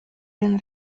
den